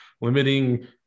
limiting